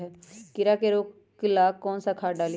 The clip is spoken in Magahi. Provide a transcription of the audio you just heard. कीड़ा के रोक ला कौन सा खाद्य डाली?